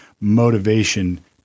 motivation